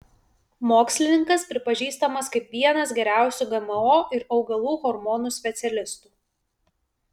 mokslininkas pripažįstamas kaip vienas geriausių gmo ir augalų hormonų specialistų